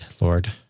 Lord